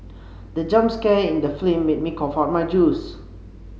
the jump scare in the film made me cough out my juice